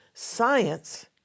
science